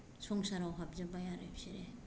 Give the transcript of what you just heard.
संसाराव हाबजोब्बाय आरो बिसोरो